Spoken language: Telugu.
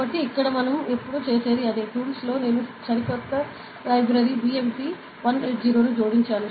కాబట్టి ఇక్కడ మనం ఎప్పుడూ చేసేది అదే tools లో నేను కొత్త లైబ్రరీన BMP 180 ని జోడించాను